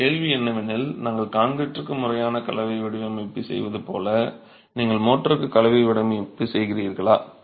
உங்கள் கேள்வி என்னவெனில் நாங்கள் கான்கிரீட்டிற்கு முறையான கலவை வடிவமைப்பை செய்வது போல் உள்ளது நீங்கள் மோர்டருக்கு கலவை வடிவமைப்பை செய்கிறீர்களா